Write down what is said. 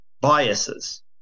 biases